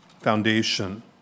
foundation